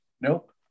nope